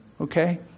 Okay